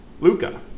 Luca